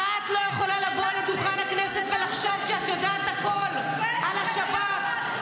ואת לא יכולה לבוא לדוכן הכנסת ולחשוב שאת יודעת הכול על השב"כ,